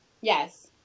Yes